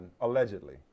allegedly